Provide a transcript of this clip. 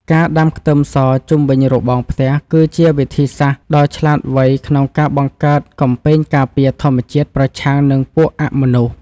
ការដាំខ្ទឹមសជុំវិញរបងផ្ទះគឺជាវិធីសាស្ត្រដ៏ឆ្លាតវៃក្នុងការបង្កើតកំពែងការពារធម្មជាតិប្រឆាំងនឹងពួកអមនុស្ស។